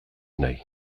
nahi